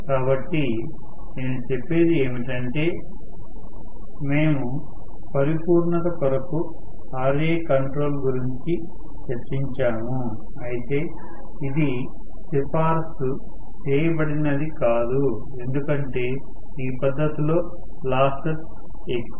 కాబట్టి నేను చెప్పేది ఏమిటంటే మేము పరిపూర్ణత కొరకు Ra కంట్రోల్ గురించి చర్చించాము అయితే ఇది సిఫారసు చేయబడినది కాదు ఎందుకంటే ఈ పద్ధతిలో లాసెస్ ఎక్కువ